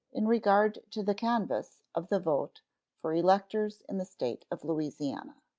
in regard to the canvass of the vote for electors in the state of louisiana.